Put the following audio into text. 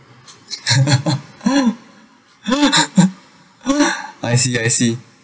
I see I see